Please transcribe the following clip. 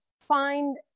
find